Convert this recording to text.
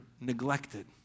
neglected